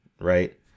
Right